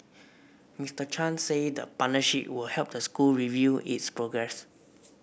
Mister Chan said the partnership would help the school review its progress